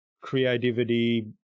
creativity